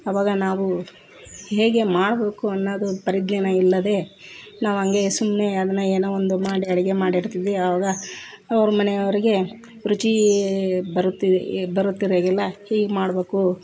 ಅವಾಗ ನಾವು ಹೇಗೆ ಮಾಡಬೇಕು ಅನ್ನೋದು ಪರಿಜ್ಞಾನ ಇಲ್ಲದೆ ನಾವು ಹಾಗೇ ಸುಮ್ಮನೆ ಅದನ್ನು ಏನೋ ಒಂದು ಮಾಡಿ ಅಡುಗೆ ಮಾಡಿಡ್ತೀವಿ ಅವಾಗ ಅವ್ರ ಮನೆ ಅವರಿಗೆ ರುಚೀ ಬರುತ್ತೀ ಈ ಬರುತ್ತಿರಲಿಲ್ಲ ಹೀಗೆ ಮಾಡ್ಬೇಕು